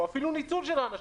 או אפילו מיתון של האנשים,